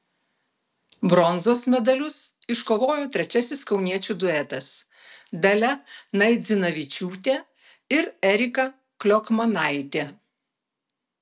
bronzos medalius iškovojo trečiasis kauniečių duetas dalia naidzinavičiūtė ir erika kliokmanaitė